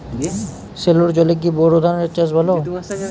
সেলোর জলে কি বোর ধানের চাষ ভালো?